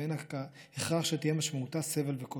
ואין הכרח שתהיה משמעותה סבל וקושי.